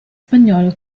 spagnolo